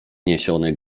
niesiony